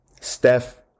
steph